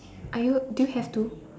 are you do you have to